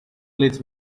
leads